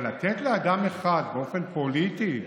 אבל לתת לאדם אחד, באופן פוליטי,